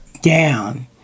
down